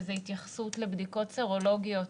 וזה התייחסות לבדיקות סרולוגיות